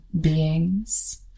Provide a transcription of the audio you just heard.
beings